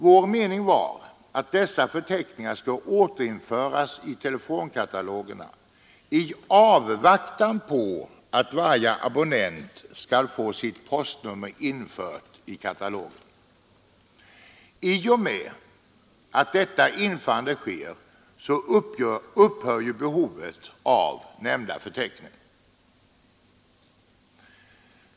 Vår mening var att förteckningen skall återinföras i telefonkatalogerna i avvaktan på att varje abonnent skall få sitt postnummer infört i katalogen. I och med att detta införande sker upphör ju behovet av nämnda förteckning.